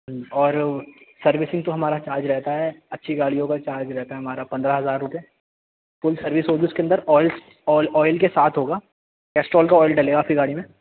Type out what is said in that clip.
اور سروسنگ تو ہمارا چارج رہتا ہے اچھی گاڑیوں کا چارج رہتا ہے ہمارا پندرہ ہزار روپئے فل سروس ہوگی اس کے اندر آئلس آئل کے ساتھ ہوگا کسٹرال کا آئل ڈلے گا آپ کی گاڑی میں